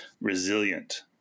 resilient